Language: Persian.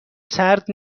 سرد